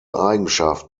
eigenschaft